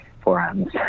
forums